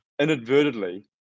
inadvertently